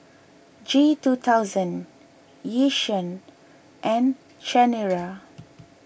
G two thousand Yishion and Chanira